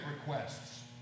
requests